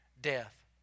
death